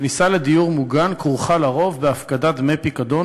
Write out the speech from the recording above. כניסה לדיור מוגן כרוכה על-פי רוב בהפקדת דמי פיקדון